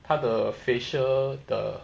他的 facial the